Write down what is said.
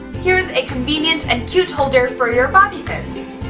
here is a convenient and cute holder for your bobby pins!